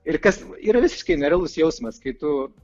ir kas yra visiškai nerealus jausmas kai tu